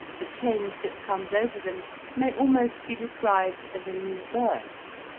the change that comes over them may almost be described as a new birth,